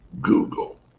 Google